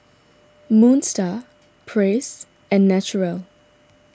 Moon Star Praise and Naturel